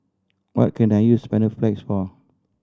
what can I use Panaflex for